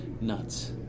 Nuts